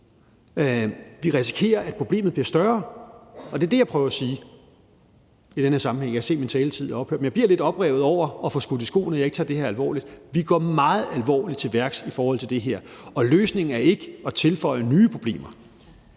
vi risikerer, at problemet bliver større. Og det er det, jeg prøver at sige i den her sammenhæng. Jeg kan se, at min taletid er ophørt, men jeg bliver lidt oprevet over at få skudt i skoene, at jeg ikke tager det her alvorligt. Vi går meget alvorligt til værks i forhold til det her. Og løsningen er ikke at tilføje nye problemer.